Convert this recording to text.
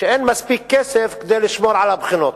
שאין מספיק כסף כדי לשמור על הבחינות.